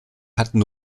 hatte